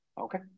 Okay